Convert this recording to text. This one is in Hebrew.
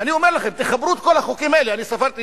אני אומר לכם, תחברו את כל החוקים האלה, אני ספרתי